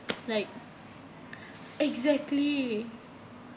like exactly